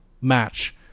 match